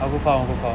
aku faham aku faham